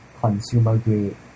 consumer-grade